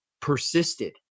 persisted